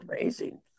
amazing